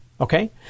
Okay